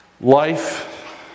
Life